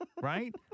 right